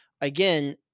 again